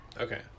Okay